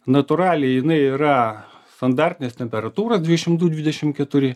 natūraliai jinai yra standartinės temperatūros dvidešim du dvidešim keturi